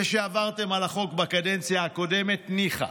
זה שעברתם על החוק בקדנציה הקודמת, ניחא.